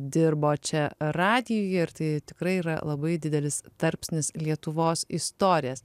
dirbo čia radijuje ir tai tikrai yra labai didelis tarpsnis lietuvos istorijos